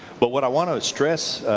but what i want to stress